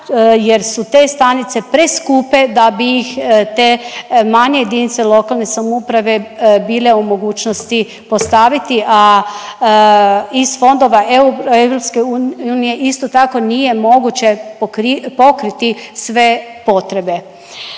jer su te stanice preskupe da bi ih te manje jedinice lokalne samouprave bile u mogućnosti postaviti, a iz fondova EU isto tako nije moguće pokriti sve potrebe.